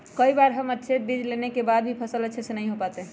कई बार हम अच्छे बीज लेने के बाद भी फसल अच्छे से नहीं हो पाते हैं?